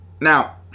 Now